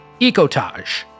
Ecotage